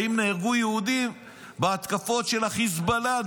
האם נהרגו יהודים בהתקפות של החיזבאללה,